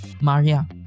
Maria